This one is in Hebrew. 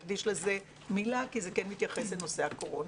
נקדיש לזה מילה כי זה כן מתייחס לנושא הקורונה.